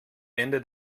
ende